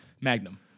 Magnum